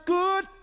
good